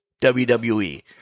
WWE